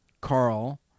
Carl